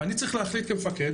ואני צריך להחליט כמפקד